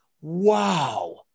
wow